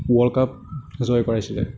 world cup জয় কৰাইছিলে